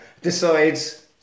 decides